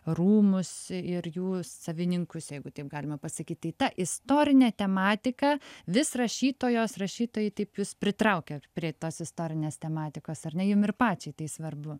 rūmus ir jų savininkus jeigu taip galima pasakyt tai ta istorinė tematika vis rašytojos rašytojai taip jus pritraukia prie tos istorinės tematikos ar ne jum ir pačiai tai svarbu